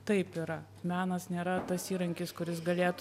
taip yra menas nėra tas įrankis kuris galėtų